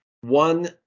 one